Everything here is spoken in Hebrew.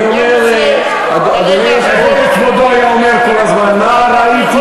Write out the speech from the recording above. גם בזה ברגע האחרון